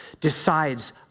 decides